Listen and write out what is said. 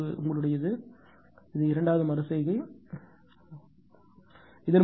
இது உங்களுடையது இது உங்கள் இரண்டாவது மறு செய்கை இரண்டாவது மறு செய்கை